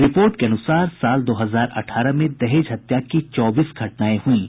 report के अनुसार साल दो हजार अठारह में दहेज हत्या की चौबीस घटनाएं हुईं